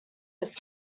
its